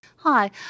Hi